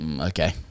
okay